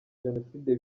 jenoside